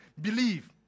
Believe